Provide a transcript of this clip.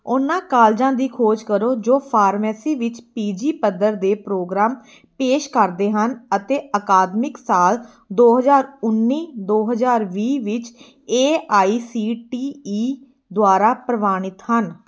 ਉਹਨਾਂ ਕਾਲਜਾਂ ਦੀ ਖੋਜ ਕਰੋ ਜੋ ਫਾਰਮੇਸੀ ਵਿੱਚ ਪੀ ਜੀ ਪੱਧਰ ਦੇ ਪ੍ਰੋਗਰਾਮ ਪੇਸ਼ ਕਰਦੇ ਹਨ ਅਤੇ ਅਕਾਦਮਿਕ ਸਾਲ ਦੋ ਹਜ਼ਾਰ ਉੱਨੀ ਦੋ ਹਜ਼ਾਰ ਵੀਹ ਵਿੱਚ A I C T E ਦੁਆਰਾ ਪ੍ਰਵਾਨਿਤ ਹਨ